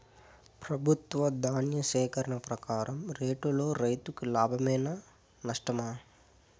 ప్రభుత్వం ధాన్య సేకరణ ప్రకారం రేటులో రైతుకు లాభమేనా నష్టమా?